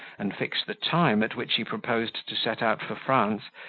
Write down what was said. and fix the time at which he proposed to set out for france,